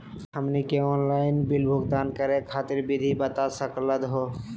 हमनी के online bill भुगतान करे खातीर विधि बता सकलघ हो?